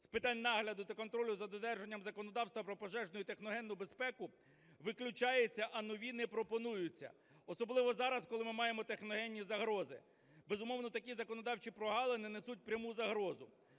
з питань нагляду та контролю за додержанням законодавства про пожежну і техногенну безпеку, виключається, а нові не пропонуються, особливо зараз, коли ми маємо техногенні загрози. Безумовно, такі законодавчі прогалини несуть пряму загрозу.